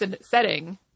setting